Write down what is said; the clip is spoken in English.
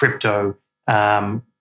crypto